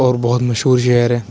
اور بہت مشہور شہر ہے